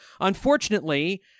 Unfortunately